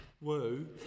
Woo